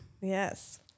yes